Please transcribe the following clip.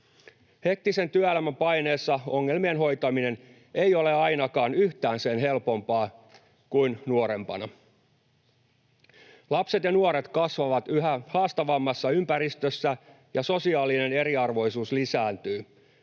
Hektisen työelämän paineessa ongelmien hoitaminen ei ole ainakaan yhtään sen helpompaa kuin nuorempana. Lapset ja nuoret kasvavat yhä haastavammassa ympäristössä, ja sosiaalinen eriarvoisuus lisääntyy.